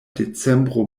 decembro